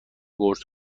قرص